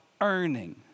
earning